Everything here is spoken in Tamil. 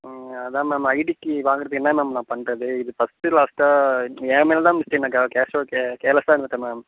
அதான் மேம் ஐடிக்கு வாங்கிறதுக்கு என்ன மேம் நான் பண்ணுறது இது ஃபஸ்ட்டு லாஸ்ட்டாக என் மேலே தான் மிஸ்டேக்கு நான் கேர்லஸ்ஸாக இருந்துவிட்டன் மேம்